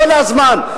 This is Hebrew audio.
כל הזמן.